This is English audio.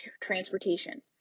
transportation